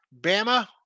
Bama